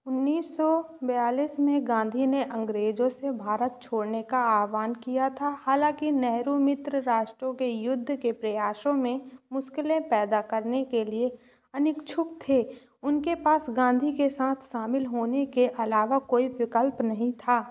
उन्नीस सौ बयालीस में गांधी ने अंग्रेजों से भारत छोड़ने का आह्वान किया था हालाँकि नेहरू मित्र राष्ट्रों के युद्ध के प्रयासों में मुश्किलें पैदा करने के लिए अनिच्छुक थे उनके पास गांधी के साथ शामिल होने के अलावा कोई विकल्प नहीं था